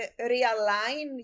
realign